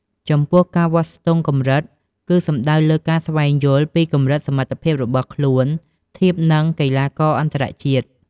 ចំពោះ ការវាស់ស្ទង់កម្រិត គឺសំដៅលើការស្វែងយល់ពីកម្រិតសមត្ថភាពរបស់ខ្លួនធៀបនឹងកីឡាករអន្តរជាតិ។